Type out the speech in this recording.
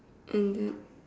and then